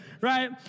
right